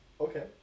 Okay